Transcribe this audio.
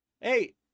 Hey